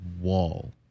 wall